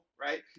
right